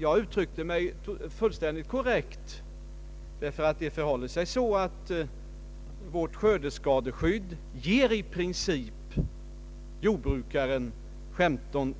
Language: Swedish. Jag uttryckte mig fullständigt korrekt, för det förhåller sig så att vårt skördeskadeskydd i princip ger jordbrukaren